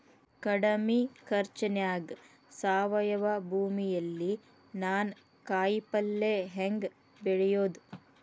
ಕಡಮಿ ಖರ್ಚನ್ಯಾಗ್ ಸಾವಯವ ಭೂಮಿಯಲ್ಲಿ ನಾನ್ ಕಾಯಿಪಲ್ಲೆ ಹೆಂಗ್ ಬೆಳಿಯೋದ್?